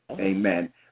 Amen